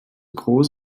groß